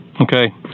Okay